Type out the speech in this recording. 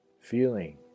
Feeling